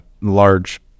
large